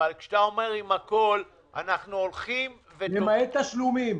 למעט תשלומים.